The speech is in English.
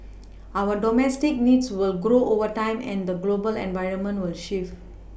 our domestic needs will grow over time and the global environment will shift